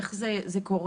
איך זה קורה?